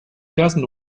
doesn’t